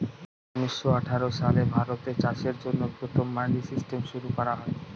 উনিশশো আঠাশ সালে ভারতে চাষের জন্য প্রথম মান্ডি সিস্টেম শুরু করা হয়